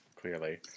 clearly